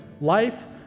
life